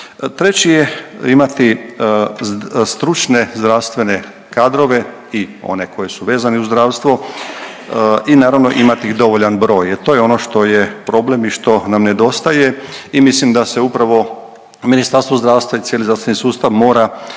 Treći je imati stručne zdravstvene kadrove i one koji su vezani uz zdravstvo i naravno imati ih dovoljan broj jer to je ono što je problem i što nam nedostaje i mislim da se upravo Ministarstvo zdravstva i cijeli zdravstveni sustav mora